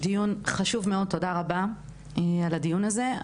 זה דיון חשוב מאוד, תודה רבה על הדיון הזה.